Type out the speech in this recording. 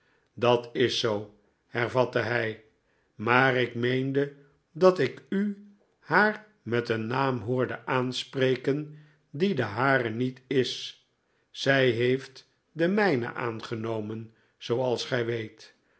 dat is zoo hervatte hij maar ik meende dat ik u haar met een naam hoorde aanspreken die de hare niet is zij heeft den mijnen aangenomen zooals gij weet